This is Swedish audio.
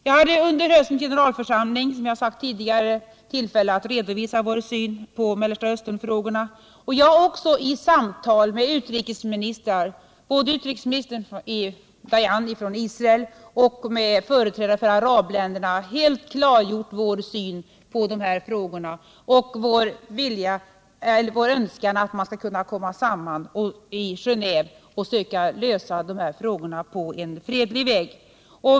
Jag hade under höstens generalförsamling, som jag sagt tidigare, tillfälle att redovisa vår syn på Mellersta Östern-frågorna, och jag har också i och företrädare för arabländerna — helt klargjort vår syn på problemen Måndagen den och vår önskan att man skall kunna komma samman i Genéve och söka 12 december 1977 lösa frågorna på fredlig väg.